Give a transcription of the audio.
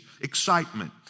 excitement